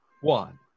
one